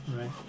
right